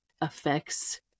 affects